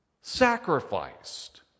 sacrificed